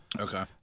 Okay